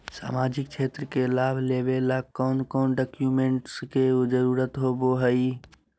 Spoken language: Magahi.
सामाजिक क्षेत्र के लाभ लेबे ला कौन कौन डाक्यूमेंट्स के जरुरत होबो होई?